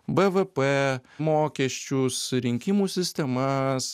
bvp mokesčius rinkimų sistemas